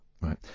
Right